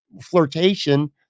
flirtation